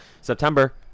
September